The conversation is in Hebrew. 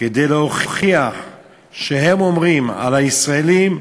כדי להוכיח שהם אומרים, על הישראלים,